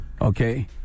Okay